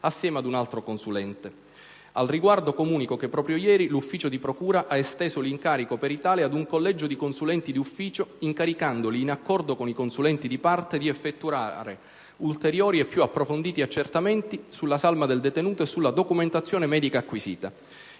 assieme ad un altro consulente. Al riguardo, comunico che proprio ieri l'ufficio di procura ha esteso l'incarico peritale ad un collegio di consulenti d'ufficio incaricandoli, in accordo con i consulenti di parte, di effettuare ulteriori e più approfonditi accertamenti sulla salma del detenuto e sulla documentazione medica acquisita.